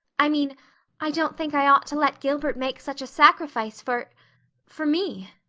i mean i don't think i ought to let gilbert make such a sacrifice for for me.